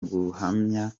guhamya